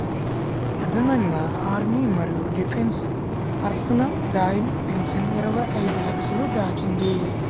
అదనంగా ఆర్మీ మరియు defence personnel drawing pension ఇరవై ఐదు లక్షలు దాటింది